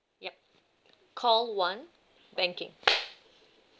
yup call one banking